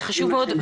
זה חשוב מאוד.